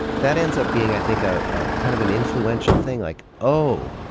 that ends up being, i think, ah ah kind of an influential thing, like, oh,